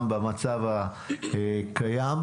גם במצב הקיים.